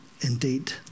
indeed